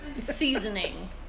Seasoning